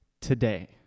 today